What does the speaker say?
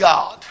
God